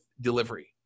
delivery